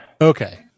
Okay